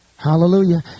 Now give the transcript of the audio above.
Hallelujah